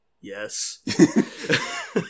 yes